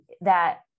that-